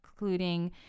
including